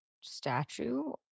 statue